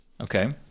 Okay